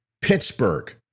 Pittsburgh